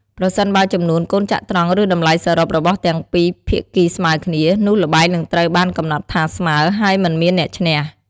ប្រសិនបើចំនួនកូនចត្រង្គឬតម្លៃសរុបរបស់ទាំងពីរភាគីស្មើគ្នា នោះល្បែងនឹងត្រូវបានកំណត់ថាស្មើ ហើយមិនមានអ្នកឈ្នះ។